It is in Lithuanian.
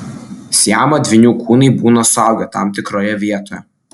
siamo dvynių kūnai būna suaugę tam tikroje vietoje